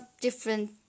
different